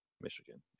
Michigan